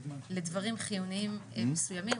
לדברים חיוניים מסוימים,